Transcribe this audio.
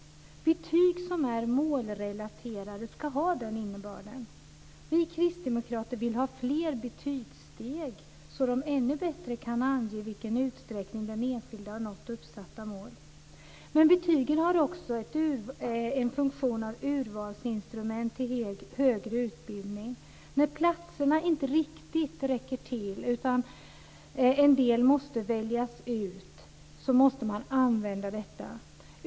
Betyg som är målrelaterade ska ha den innebörden. Vi kristdemokrater vill ha fler betygssteg så att de ännu bättre kan ange i vilken utsträckning den enskilde har nått uppsatta mål. Betygen har också en funktion av urvalsinstrument till högre utbildning. När platserna inte riktigt räcker till utan en del måste väljas ut måste man använda detta.